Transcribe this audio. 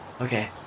okay